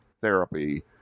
therapy